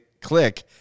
click